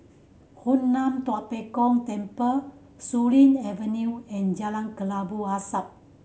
Hoon Lam Tua Pek Kong Temple Surin Avenue and Jalan Kelabu Asap